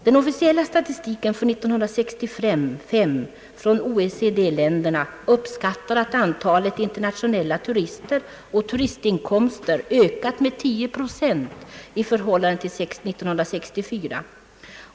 Den officiella statistiken från 1965 från OECD-länderna uppskattar att antalet internationella turister och turistinkomsterna ökade med 10 procent i förhållande till 1964.